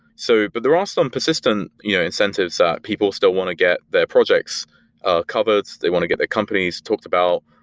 so but there are ah some persistent you know incentives that people still want to get their projects ah covered. they want to get their companies talked about.